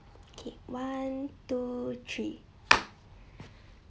okay one two three